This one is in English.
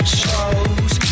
shows